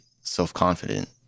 self-confident